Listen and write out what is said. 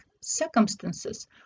circumstances